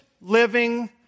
living